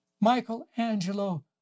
Michelangelo